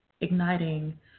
igniting